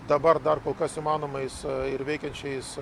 dabar dar kol kas įmanomais ir veikiančiais